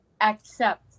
accept